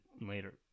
later